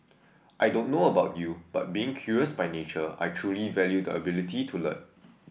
I don't know about you but being curious by nature I truly value the ability to learn